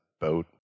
boat